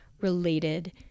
related